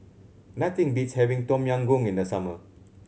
nothing beats having Tom Yam Goong in the summer